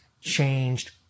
changed